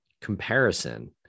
comparison